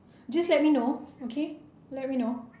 just let me know okay let me know